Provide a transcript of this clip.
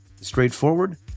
straightforward